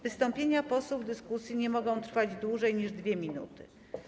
Wystąpienia posłów w dyskusji nie mogą trwać dłużej niż 2 minuty.